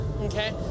okay